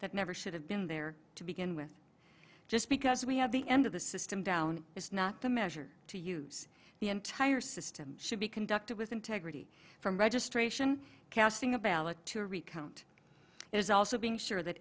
that never should have been there to begin with just because we have the end of the system down is not the measure to use the entire system should be conducted with integrity from registration casting a ballot to a recount is also being sure that